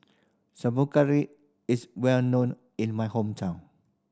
is well known in my hometown